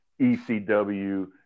ECW